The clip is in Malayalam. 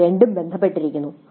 ഇവ രണ്ടും ബന്ധപ്പെട്ടിരിക്കുന്നു